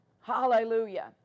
Hallelujah